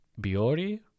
Biori